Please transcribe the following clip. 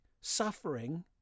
suffering